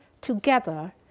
together